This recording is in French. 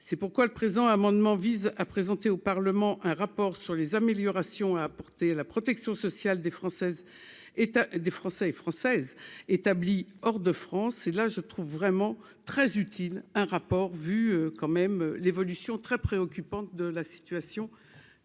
c'est pourquoi le présent amendement vise à présenter au Parlement un rapport sur les améliorations à apporter la protection sociale des françaises et tu as des Français et Françaises établis hors de France, et là je trouve vraiment très utile, un rapport vu quand même l'évolution très préoccupante de la situation